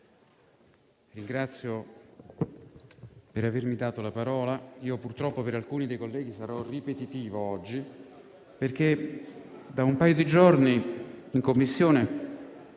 ringrazio per avermi dato la parola. Purtroppo per alcuni colleghi sarò ripetitivo oggi, perché da un paio di giorni in Commissione